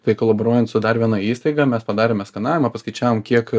tai kolaboruojant su dar viena įstaiga mes padarėme skanavimą paskaičiavom kiek